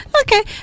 Okay